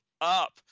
up